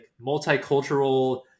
multicultural